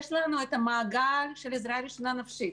יש לנו את המעגל של עזרה ראשונה נפשית,